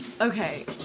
Okay